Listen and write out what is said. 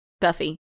Buffy